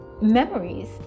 Memories